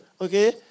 okay